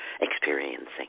experiencing